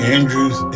Andrews